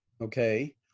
okay